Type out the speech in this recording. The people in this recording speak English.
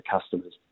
customers